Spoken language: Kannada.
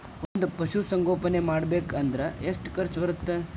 ಒಂದ್ ಪಶುಸಂಗೋಪನೆ ಮಾಡ್ಬೇಕ್ ಅಂದ್ರ ಎಷ್ಟ ಖರ್ಚ್ ಬರತ್ತ?